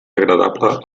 agradable